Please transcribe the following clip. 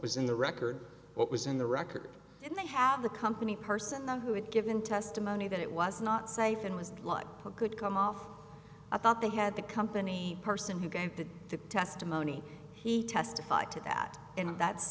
was in the record what was in the record and they have the company personnel who had given testimony that it was not safe and was like a good come off i thought they had the company person who gave to the testimony he testified to that and that's